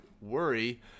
worry